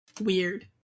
weird